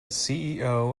ceo